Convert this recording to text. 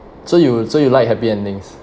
so you so you like happy endings